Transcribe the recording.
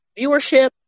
viewership